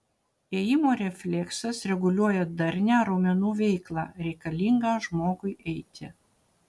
ėjimo refleksas reguliuoja darnią raumenų veiklą reikalingą žmogui eiti